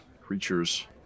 creatures